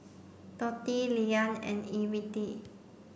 Dotty Leeann and Evette